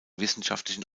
wissenschaftlichen